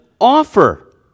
offer